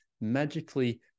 magically